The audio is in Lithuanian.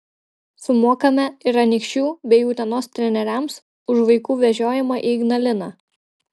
sumokame ir anykščių bei utenos treneriams už vaikų vežiojimą į ignaliną